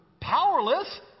powerless